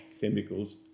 chemicals